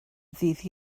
ddydd